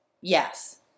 Yes